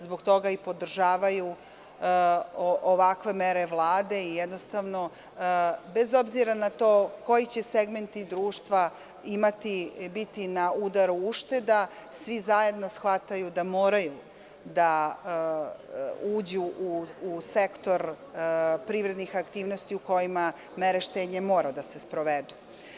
Zbog toga i podržavaju ovakve mere Vlade i, bez obzira na to koji će segmenti društva biti na udaru ušteda, svi zajedno shvataju da moraju da uđu u sektor privrednih aktivnosti u kojim mere štednje moraju da se sprovedu.